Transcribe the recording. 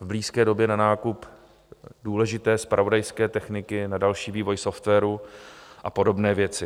v blízké době na nákup důležité zpravodajské techniky, na další vývoj softwaru a podobné věci.